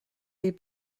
les